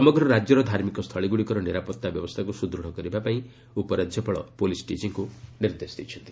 ସମଗ୍ର ରାଜ୍ୟର ଧାର୍ମିକ ସ୍ଥଳୀଗୁଡ଼ିକର ନିରାପତ୍ତା ବ୍ୟବସ୍ଥାକୁ ସୁଦୃଢ଼ କରିବା ପାଇଁ ଉପରାଜ୍ୟପାଳ ପୁଲିସ୍ ଡିଜିଙ୍କୁ ନିର୍ଦ୍ଦେଶ ଦେଇଛନ୍ତି